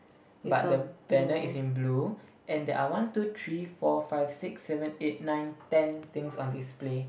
but the banner is in blue and there are one two three four five six seven eight nine ten things on display